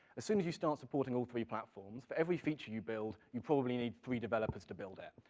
as soon as you start supporting all three platforms, for every feature you build, you probably need three developers to build it.